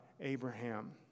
Abraham